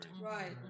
Right